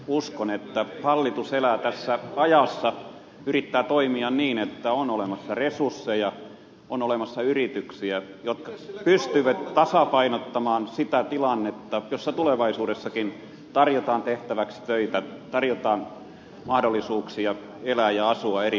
uskon että hallitus elää tässä ajassa yrittää toimia niin että on olemassa resursseja on olemassa yrityksiä jotka pystyvät tasapainottamaan sitä tilannetta jossa tulevaisuudessakin tarjotaan tehtäväksi töitä tarjotaan mahdollisuuksia elää ja asua eri paikoissa